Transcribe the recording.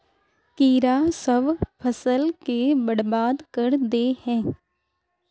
कीड़ा सब फ़सल के बर्बाद कर दे है?